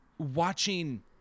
watching